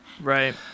Right